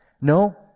No